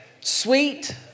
sweet